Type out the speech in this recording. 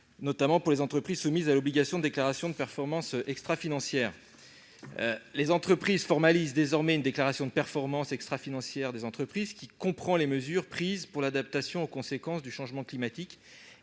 notamment pour les entreprises soumises à l'obligation de déclaration de performance extrafinancière. Les entreprises formalisent désormais une déclaration de performance extrafinancière, qui récapitule notamment les mesures prises pour l'adaptation aux conséquences du changement climatique,